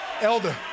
elder